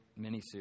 miniseries